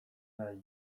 nahi